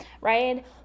right